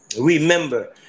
remember